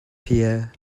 pierre